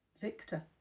Victor